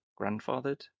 grandfathered